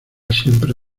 siempre